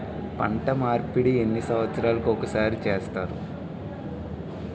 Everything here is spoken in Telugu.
పంట మార్పిడి ఎన్ని సంవత్సరాలకి ఒక్కసారి చేస్తారు?